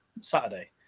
Saturday